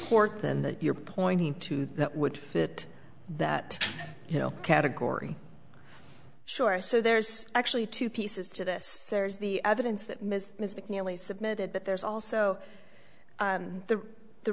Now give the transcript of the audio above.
s then that you're pointing to that would fit that you know category sure so there's actually two pieces to this there's the evidence that ms nearly submitted but there's also the the